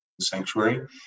sanctuary